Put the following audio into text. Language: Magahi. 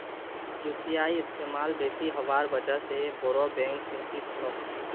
यू.पी.आई इस्तमाल बेसी हबार वजह से बोरो बैंक चिंतित छोक